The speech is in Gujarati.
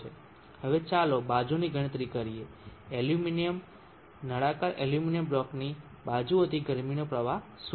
હવે ચાલો બાજુઓની ગણતરી કરીએ એલ્યુમિનિયમ નળાકાર એલ્યુમિનિયમ બ્લોકની બાજુઓથી ગરમીનો પ્રવાહ શું છે